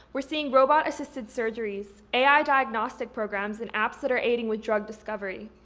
we're seeing robot-assisted surgeries, ai diagnostic programs, and apps that are aiding with drug discovery.